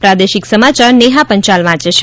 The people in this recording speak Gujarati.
પ્રાદેશિક સમાચાર નેહા પંચાલ વાંચે છે